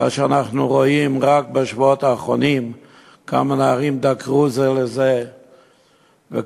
כשאנחנו רואים רק בשבועות האחרונים כמה נערים דקרו זה את זה וכמה